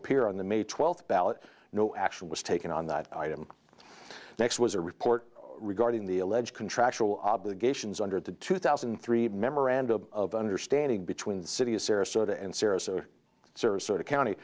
appear on the may twelfth ballot no action was taken on that item next was a report regarding the alleged contractual obligations under the two thousand and three memorandum of understanding between the city of sarasota and sarasota serves sort of county